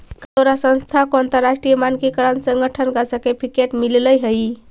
का तोहार संस्था को अंतरराष्ट्रीय मानकीकरण संगठन का सर्टिफिकेट मिलल हई